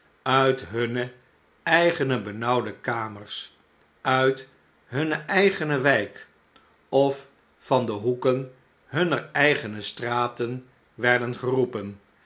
uit hunne eigene benauwde kamers uit hunne eigene wijk of van de hoeken hunner eigene straten werden geroepen